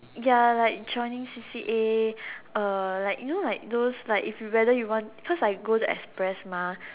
ya like joining C_C_A like you know like those like if whether you want cause I go the express mah